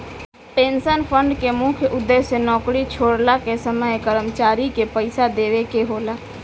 pension fund के मुख्य उद्देश्य नौकरी छोड़ला के समय कर्मचारी के पइसा देवेके होला